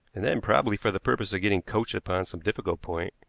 and then, probably for the purpose of getting coached upon some difficult point,